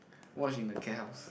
watch in the K house